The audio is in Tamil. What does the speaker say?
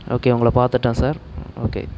ஓகே உங்குளை பார்த்துட்டேன் சார் ஓகே